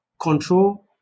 Control